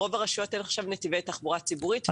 ברוב הרשויות אין עכשיו נתיבי תחבורה ציבורית.